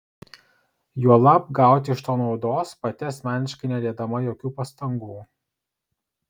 juolab gauti iš to naudos pati asmeniškai nedėdama jokių pastangų